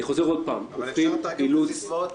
הופכים אילוץ